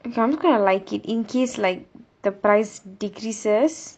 okay I'm just gonna like it in case like the price decreases